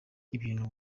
ibintu